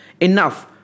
enough